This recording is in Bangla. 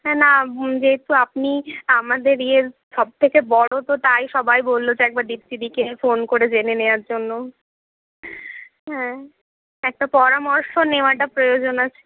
হ্যাঁ না যেহেতু আপনি আমাদের ইয়ের সবথেকে বড় তো তাই সবাই বললো যে একবার দৃপ্তিদিকে ফোন করে জেনে নেওয়ার জন্য হ্যাঁ একটা পরামর্শ নেওয়াটা প্রয়োজন আছে